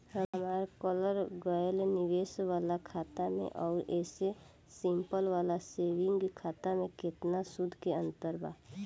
हमार करल गएल निवेश वाला खाता मे आउर ऐसे सिंपल वाला सेविंग खाता मे केतना सूद के अंतर बा?